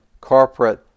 corporate